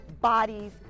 bodies